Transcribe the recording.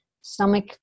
stomach